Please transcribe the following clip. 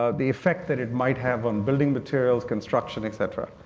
ah the effect that it might have on building materials, construction, et cetera.